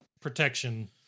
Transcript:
protection